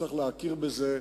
צריך להכיר בזה.